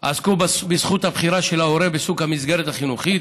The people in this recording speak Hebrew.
עסקו בזכות הבחירה של ההורה בסוג המסגרת החינוכית,